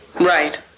Right